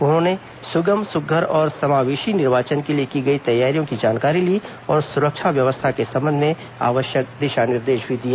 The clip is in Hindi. उन्होंने सुगम सुध्यर और समावेशी निर्वाचन के लिए की गई तैयारियों की जानकारी ली और सुरक्षा व्यवस्था के संबंध में आवश्यक दिशा निर्देश दिए